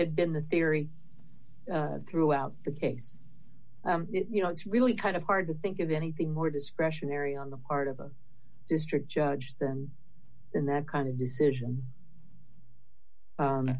had been the theory throughout the case you know it's really kind of hard to think of anything more discretionary on the part of a district judge and that kind of decision